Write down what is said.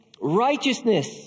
righteousness